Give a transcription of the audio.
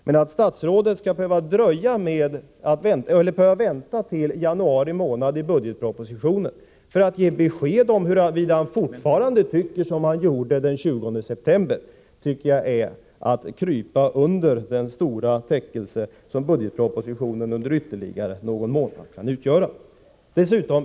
Men jag tycker det är att krypa under den stora täckelse som budgetpropositionen i januari kan utgöra under ytterligare någon månad, när statsrådet säger sig behöva vänta med att ge besked om huruvida han fortfarande tycker som han gjorde den 20 september.